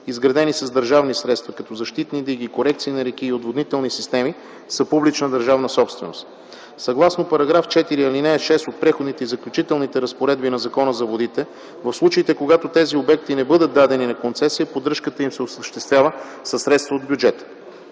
изградени с държавни средства (защитни диги, корекции на реки и отводнителните системи), са публична държавна собственост. Съгласно § 4, ал. 6 от Преходните и заключителни разпоредби на Закона за водите, в случаите, когато тези обекти не бъдат дадени на концесия, поддръжката им се осъществява със средства от бюджета.